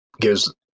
gives